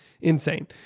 insane